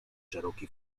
szeroki